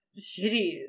shitty